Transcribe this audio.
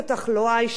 לצערי הרב,